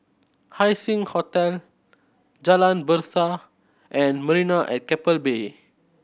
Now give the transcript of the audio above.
Haising Hotel Jalan Berseh and Marina at Keppel Bay